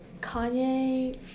Kanye